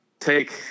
take